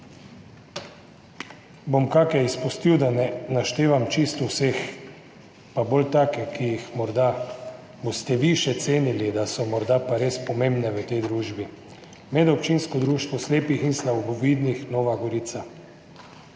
Bom katere izpustil, da ne naštevam čisto vseh, pa bom bolj take, ki jih boste še morda vi cenili, da so morda res pomembne v tej družbi. Medobčinsko društvo slepih in slabovidnih Nova Gorica,